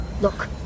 Look